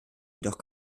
jedoch